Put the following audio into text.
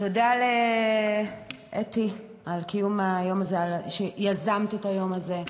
תודה לאתי על קיום היום הזה, שיזמת את היום הזה.